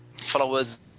Followers